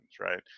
right